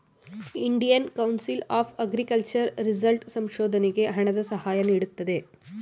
Indian Council of Agriculture result ಸಂಶೋಧನೆಗೆ ಹಣದ ಸಹಾಯ ನೀಡುತ್ತದೆ